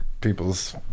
people's